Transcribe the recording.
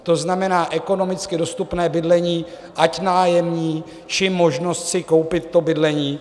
To znamená, ekonomicky dostupné bydlení, ať nájemní, či možnost si koupit to bydlení.